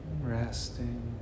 Resting